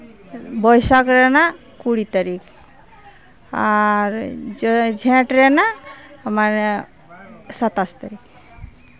ᱵᱟᱹᱭᱥᱟᱹᱠᱷ ᱨᱮᱱᱟᱜ ᱠᱩᱲᱤ ᱛᱟᱹᱨᱤᱠᱷ ᱟᱨ ᱡᱷᱮᱸᱴ ᱨᱮᱱᱟᱜ ᱢᱟᱱᱮ ᱥᱟᱛᱟᱥ ᱛᱟᱹᱨᱤᱠᱷ